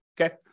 Okay